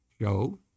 show